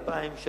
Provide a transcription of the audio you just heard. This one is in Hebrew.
2,000,